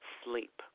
sleep